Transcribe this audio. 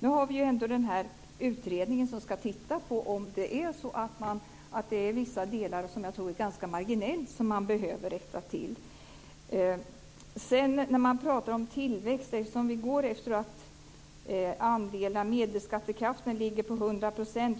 Nu har vi en utredning som ska titta på om det är så att det är vissa delar som man behöver rätta till - ganska marginellt, skulle jag tro. När man pratar om tillväxt är det så att vi går efter att medelskattekraften ligger på hundra procent.